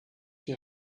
die